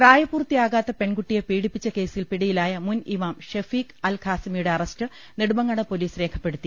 പ്രായപൂർത്തിയാകാത്ത പെൺകുട്ടിയെ പീഡിപ്പിച്ച കേസിൽ പിടിയിലായ മുൻ ഇമാം ഷെഫീഖ് അൽ ഖാസിമിയുടെ അറസ്റ്റ് നെടുമങ്ങാട് പൊലീസ് രേഖപ്പെടുത്തി